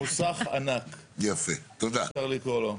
מוסך ענק, אפשר לקרוא לו,